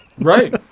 Right